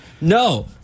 No